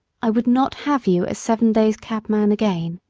i would not have you a seven-days' cabman again.